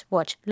Watch